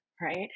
Right